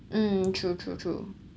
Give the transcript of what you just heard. mm true true true